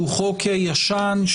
שהוא חוק ישן,